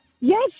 Yes